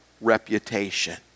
reputation